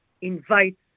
invite